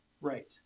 Right